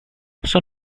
son